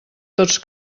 tots